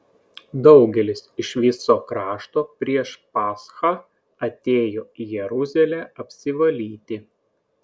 daugelis iš viso krašto prieš paschą atėjo į jeruzalę apsivalyti